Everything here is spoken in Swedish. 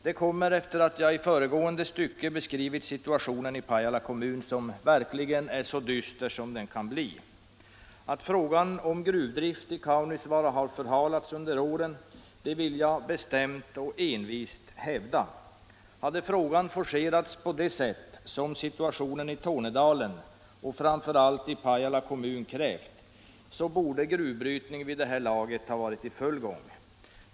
Detta kommer efter det att jag i föregående stycke beskrivit situationen i Pajala kommun, som verkligen är så dyster som den kan bli. Att frågan om gruvdrift i Kaunisvaara har förhalats under året vill jag bestämt och envist hävda. Hade frågan forcerats på det sätt som situationen i Tornedalen och framför allt Pajala kommun krävt, så borde gruvbrytningen vid det här laget ha varit i full gång.